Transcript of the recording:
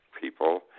people